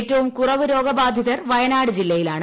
ഏറ്റവും കുറവ് രോഗബാധിതർ വയനാട് ജില്ലയിലാണ്